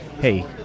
hey